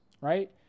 right